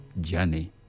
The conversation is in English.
journey